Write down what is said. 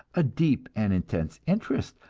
a deep and intense interest,